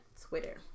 Twitter